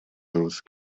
those